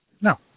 No